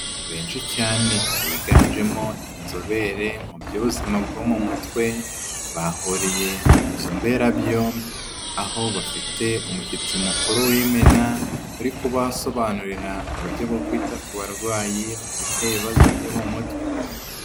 Benshi cyane biganjemo inzobere mu by'ubuzima bwo mu mutwe, bahuriye mu nzu mberabyombi, aho bafite umushyitsi mukuru w'imena, uri kubasobanurira uburyo bwo kwita ku barwayi bafite ibibazo byo mu mutwe.